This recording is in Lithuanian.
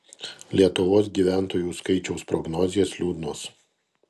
lietuvos gyventojų skaičiaus prognozės liūdnos